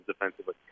defensively